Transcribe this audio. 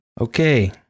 Okay